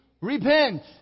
Repent